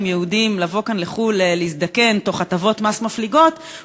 יהודים לבוא מחו"ל להזדקן כאן תוך הטבות מס מפליגות,